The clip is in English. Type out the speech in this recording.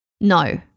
No